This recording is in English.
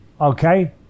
Okay